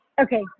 Okay